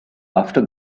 after